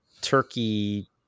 turkey